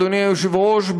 אדוני היושב-ראש,